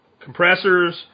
compressors